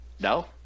No